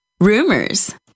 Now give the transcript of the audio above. rumors